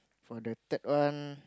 for the third one